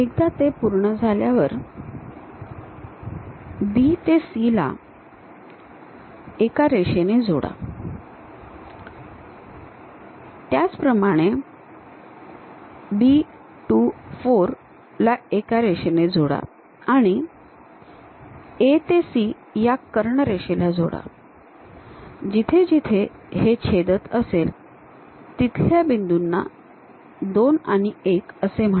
एकदा ते पूर्ण झाल्यावर B ते C ला एका रेषेने जोडा त्याचप्रमाणे B 2 4 ला एका रेषेने जोडा आणि A ते C या कर्णरेषेला जोडा जिथे जिथे हे छेदत असेल तिथल्या बिंदूंना 2 आणि 1 असे म्हणा